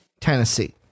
Tennessee